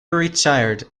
retired